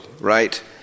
right